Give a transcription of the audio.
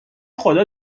خدا